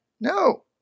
No